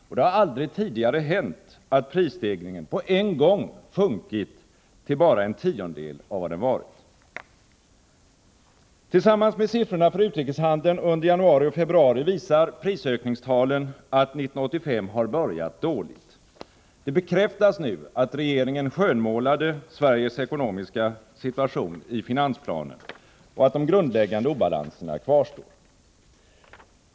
Och det har aldrig tidigare hänt att prisstegringarna på en gång sjunkit till bara en tiondel av vad de varit. Tillsammans med siffrorna för utrikeshandeln under januari och februari visar prisökningstalen att år 1985 har börjat dåligt. Det bekräftas nu att regeringen har skönmålat Sveriges ekonomiska situation i finansplanen och att de grundläggande obalanserna kvarstår.